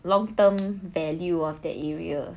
long term value of that area